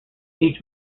each